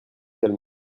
calmer